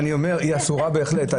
אני אומר שהיא אסורה בהחלט.